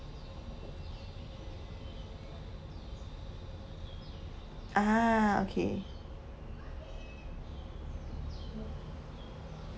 ah okay